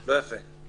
לא יפה.